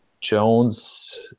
Jones